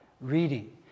reading